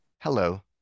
Hello